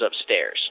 upstairs